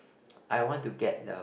I want to get the